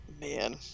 man